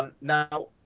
Now